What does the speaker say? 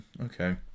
Okay